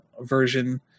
version